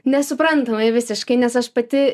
nesuprantamai visiškai nes aš pati